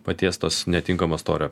patiestos netinkamo storio